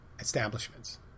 establishments